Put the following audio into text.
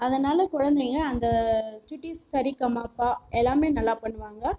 அதனாலே குழந்தைங்க அந்த சுட்டீஸ் சரிகமபா எல்லாமே நல்லா பண்ணுவாங்க